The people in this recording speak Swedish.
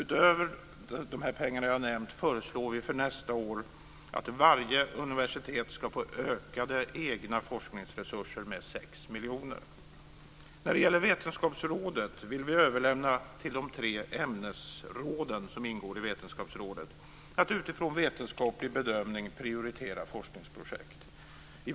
Utöver de pengar som jag har nämnt föreslår vi för nästa år att varje universitet ska få ökade egna forskningsresurser med När det gäller Vetenskapsrådet vill vi överlämna till de tre ämnesråden som ingår i Vetenskapsrådet att utifrån vetenskaplig bedömning prioritera forskningsprojekt.